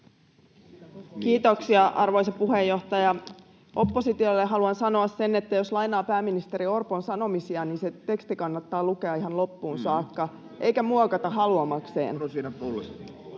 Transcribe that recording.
Kiitoksia, arvoisa puheenjohtaja! Oppositiolle haluan sanoa sen, että jos lainaa pääministeri Orpon sanomisia, niin se teksti kannattaa lukea ihan loppuun saakka eikä muokata haluamakseen.